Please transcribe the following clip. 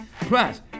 Plus